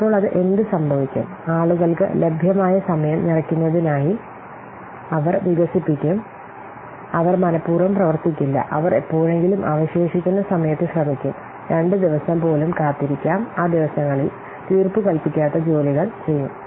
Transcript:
അപ്പോൾ എന്ത് സംഭവിക്കും ആളുകൾക്ക് ലഭ്യമായ സമയം നിറയ്ക്കുന്നതിനായി അവർ വികസിപ്പിക്കും അവർ മനപൂർവ്വം പ്രവർത്തിക്കില്ല അവർ എപ്പോഴെങ്കിലും അവശേഷിക്കുന്ന സമയത്ത് ശ്രമിക്കും രണ്ട് ദിവസം പോലും കാത്തിരിക്കാം ആ ദിവസങ്ങളിൽ തീർപ്പുകൽപ്പിക്കാത്ത ജോലികൾ ചെയ്യും